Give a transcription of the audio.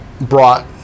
brought